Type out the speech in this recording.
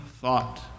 thought